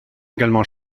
également